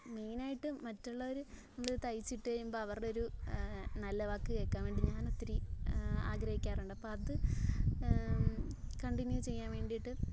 മെയിനായിട്ട് മറ്റുള്ളവർ നമ്മൾ തയ്ച്ചിട്ട് കഴിയുമ്പോൾ അവരുടെ ഒരു നല്ല വാക്ക് കേൾക്കാൻ വേണ്ടി ഞാൻ ഒത്തിരി ആഗ്രഹിക്കാറുണ്ട് അപ്പോൾ അത് കണ്ടിന്യൂ ചെയ്യാൻ വേണ്ടിയിട്ട്